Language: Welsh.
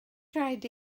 rhaid